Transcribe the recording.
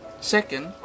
Second